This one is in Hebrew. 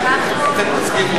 אתה תסכים,